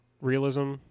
realism